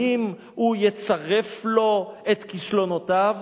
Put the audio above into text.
האם הוא יצרף לו את כישלונותיו,